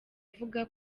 avuga